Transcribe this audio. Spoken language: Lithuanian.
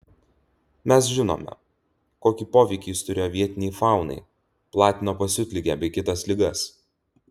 mes žinome kokį poveikį jis turėjo vietinei faunai platino pasiutligę bei kitas ligas